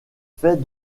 fait